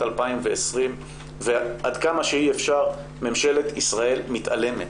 2020 ועד כמה שאי אפשר ממשלת ישראל מתעלמת.